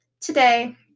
today